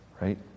right